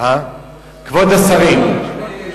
כבוד השרים.